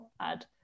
add